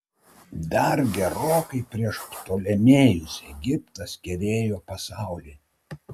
dar gerokai prieš ptolemėjus egiptas kerėjo pasaulį